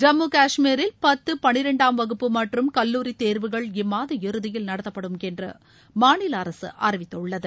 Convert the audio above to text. ஜம்மு கஷ்மீரில் பத்து பனிரெண்டாம் வகுப்பு மற்றும் கல்லூரி தேர்வுகள் இம்மாத இறுதியில் நடத்தப்படும் என்று மாநில அரசு அறிவித்துள்ளது